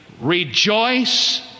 Rejoice